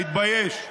תתבייש.